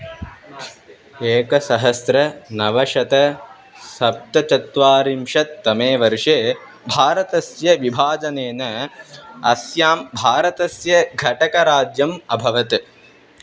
एकसहस्रं नवशतं सप्तचत्वारिंशत् तमे वर्षे भारतस्य विभाजनेन अस्य भारतस्य घटकराज्यम् अभवत्